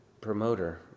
promoter